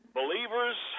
Believers